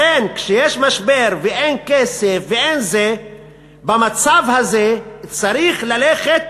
לכן, כשיש משבר ואין כסף, במצב הזה צריך ללכת